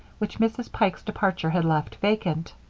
which mrs. pike's departure had left vacant.